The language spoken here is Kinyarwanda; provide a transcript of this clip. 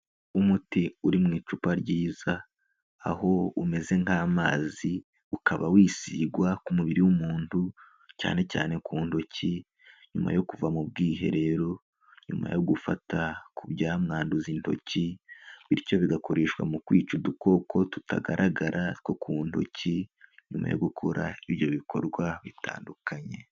Umuti uri mu icupa ryiza, aho umeze nk'amazi, ukaba wisigwa ku mubiri w'umuntu, cyane cyane ku ntoki, nyuma yo kuva mu bwiherero, nyuma yo gufata ku byamwanduza intoki, bityo bigakoreshwa mu kwica udukoko tutagaragara two ku ntoki, nyuma yo gukora ibyo bikorwa bitandukanye.